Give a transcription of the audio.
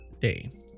day